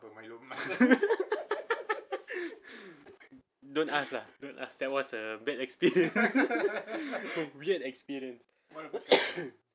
don't ask lah don't ask that was a a bad experience weird experience